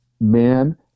man